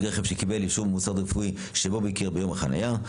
רכב שקיבל אישור ממוסד רפואי שבו ביקר ביום החניה.